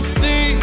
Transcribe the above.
see